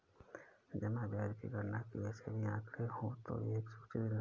जमा ब्याज की गणना के लिए सभी आंकड़े हों तो एक सूचित निर्णय ले सकते हैं